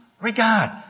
regard